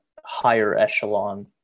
higher-echelon